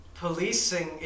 policing